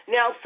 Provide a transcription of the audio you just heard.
Now